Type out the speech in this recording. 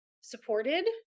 supported